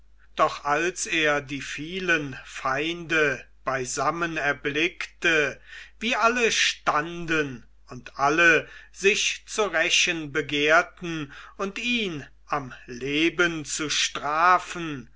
doch als er die vielen feinde beisammen erblickte wie alle standen und alle sich zu rächen begehrten und ihn am leben zu strafen